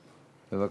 בבקשה.